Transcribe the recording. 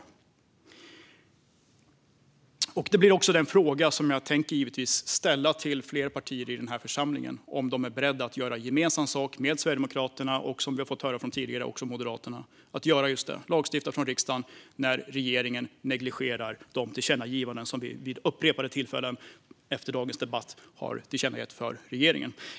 Det blir givetvis också den fråga som jag tänker ställa till fler partier i den här församlingen: om de är beredda att göra gemensam sak med Sverigedemokraterna och - som vi fick höra tidigare - Moderaterna i att lagstifta från riksdagen när regeringen negligerar de tillkännagivanden som vi vid upprepade tillfällen, efter dagens debatt, har riktat till regeringen.